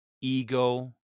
ego